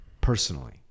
personally